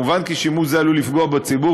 מובן כי שימוש זה עלול לפגוע בציבור,